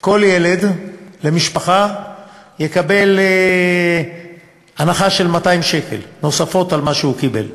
כל ילד במשפחה יקבל הנחה של 200 שקל נוסף על מה שהוא קיבל.